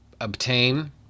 obtain